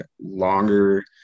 longer